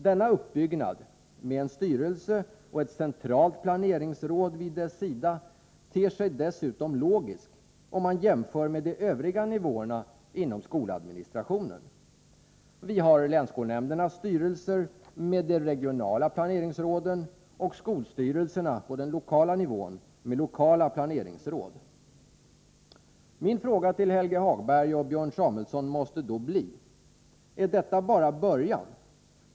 Denna uppbyggnad, med en styrelse och ett centralt planeringsråd vid dess sida, ter sig dessutom logisk, om man jämför med de övriga nivåerna inom skoladministrationen. Vi har länsskolnämndernas styrelser med de regionala planeringsråden, och skolstyrelserna på den lokala nivån med lokala planeringsråd. Jag måste då fråga Helge Hagberg och Björn Samuelson: Är detta bara början?